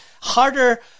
harder